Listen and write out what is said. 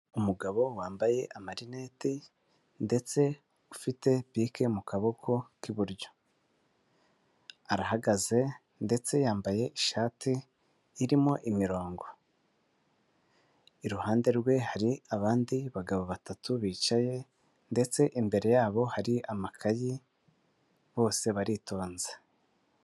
Umugabo wambaye amarineti ndetse ufite bike mu kaboko k'iburyo, arahagaze ndetse yambaye ishati irimo imirongo, iruhande rwe hari abandi bagabo batatu bicaye ndetse imbere yabo hari amakayi bose baritonze.